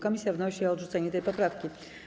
Komisja wnosi o odrzucenie tej poprawki.